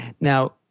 Now